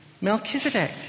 Melchizedek